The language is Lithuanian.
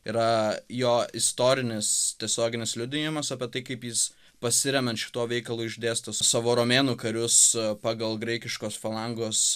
yra jo istorinis tiesioginis liudijimas apie tai kaip jis pasiremian šituo veikalu išdėsto savo romėnų karius pagal graikiškos falangos